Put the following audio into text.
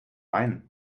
ein